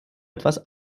etwas